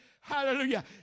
Hallelujah